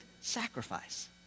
sacrifice